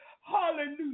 Hallelujah